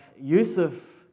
Yusuf